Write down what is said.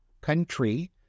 country